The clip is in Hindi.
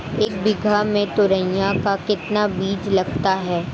एक बीघा में तोरियां का कितना बीज लगता है?